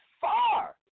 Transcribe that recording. far